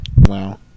Wow